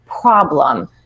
problem